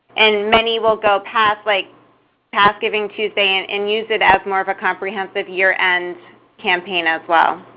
and many will go past like past givingtuesday and and use it as more of a comprehensive year-end campaign as well.